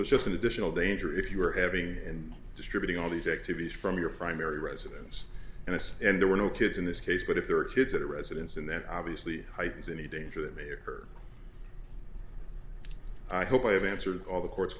it's just an additional danger if you are having and distributing all these activities from your primary residence and ice and there were no kids in this case but if there are kids at the residence and then obviously heightens any danger that may occur i hope i have answered all the court